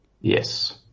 Yes